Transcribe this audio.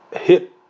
hit